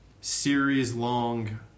series-long